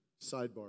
sidebar